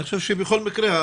אני חושב שבכל מקרה,